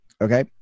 Okay